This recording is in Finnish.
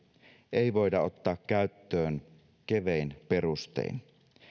ei voida ottaa käyttöön kevein perustein